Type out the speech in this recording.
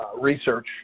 Research